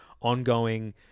ongoing